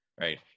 right